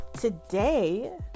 today